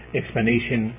explanation